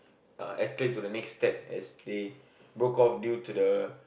escalate to the next step as they broke off due to the